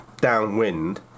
downwind